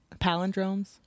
palindromes